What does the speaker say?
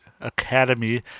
Academy